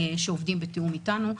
שעובדים בתיאום איתנו.